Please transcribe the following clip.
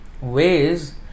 ways